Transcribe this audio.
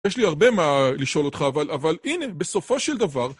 יש לי הרבה מה לשאול אותך, אבל הנה, בסופו של דבר.